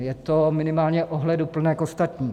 Je to minimálně ohleduplné k ostatním.